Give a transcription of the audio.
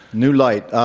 new light,